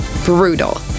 Brutal